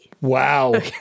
Wow